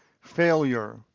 Failure